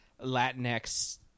Latinx